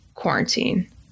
quarantine